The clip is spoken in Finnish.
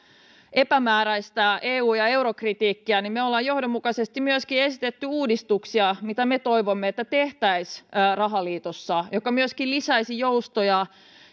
epämääräistä eu ja ja eurokritiikkiä me vasemmistoliitossa olemme johdonmukaisesti myöskin esittäneet uudistuksia joita me toivomme että rahaliitossa tehtäisiin jotka myöskin lisäisivät joustoja